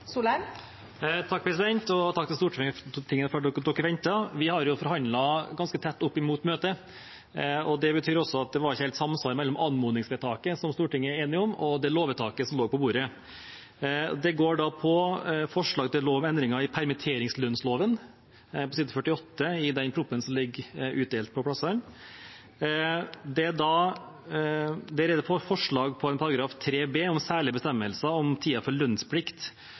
Takk til Stortinget for at man ventet. Vi har forhandlet ganske tett opp mot møtet, og det betyr at det ikke var helt samsvar mellom anmodningsvedtaket som Stortinget er enig om, og det lovvedtaket som lå på bordet. Det går på forslag til lov om endring i permitteringslønnsloven på side 48 i den proposisjonen som ligger utdelt på plassene. I forslaget til § 3 b om særlige bestemmelser om tiden for lønnsplikt under permittering, er det lagt inn en